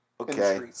Okay